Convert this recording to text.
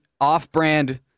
off-brand